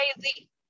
crazy